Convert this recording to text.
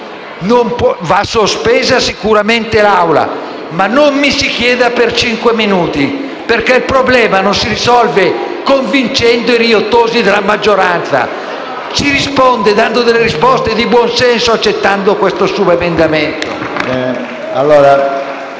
la seduta va sicuramente sospesa, ma non mi si dica per cinque minuti, perché il problema non lo si risolve convincendo i riottosi della maggioranza, ma dando risposte di buon senso e accettando questo subemendamento.